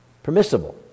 permissible